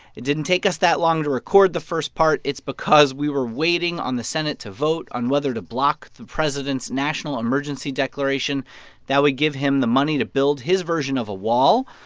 it didn't take us that long to record the first part. it's because we were waiting on the senate to vote on whether to block the president's national emergency declaration that would give him the money to build his version of a wall.